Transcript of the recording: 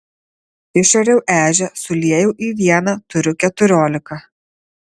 išariau ežią suliejau į vieną turiu keturiolika